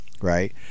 right